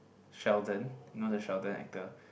Sheldon you know the Sheldon actor